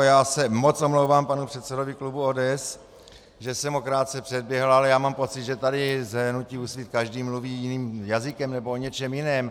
Já se moc omlouvám panu předsedovi klubu ODS, že jsem ho krátce předběhl, ale já mám pocit, že tady za hnutí Úsvit každý mluví jiným jazykem nebo o něčem jiném.